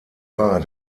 war